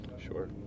Sure